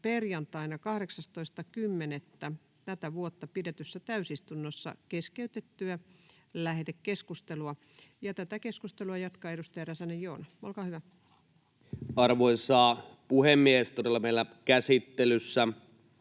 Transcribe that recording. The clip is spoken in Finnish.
perjantaina 18.10.2024 pidetyssä täysistunnossa keskeytettyä lähetekeskustelua. — Tätä keskustelua jatkaa edustaja Räsänen, Joona. Olkaa hyvä. [Speech 122] Speaker: